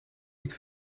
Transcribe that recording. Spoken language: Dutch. niet